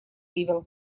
ивел